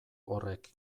horrek